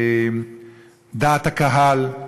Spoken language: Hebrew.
דעת הקהל.